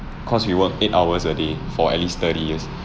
cause you work eight hours a day for at least thirty years